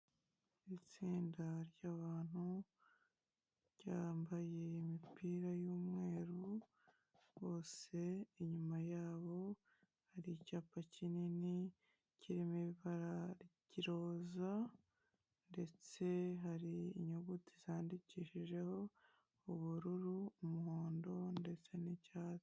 Itsinda ry'abantu ryambaye imipira y'umweru, bose inyuma yabo hari icyapa kinini kirimo ibara ry'iroza ndetse hari inyuguti zandikishijeho ubururu, umuhondo ndetse n'icyatsi.